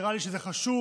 נראה לי שזה חשוב,